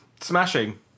Smashing